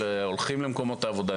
הולכים למקומות העבודה,